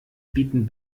bieten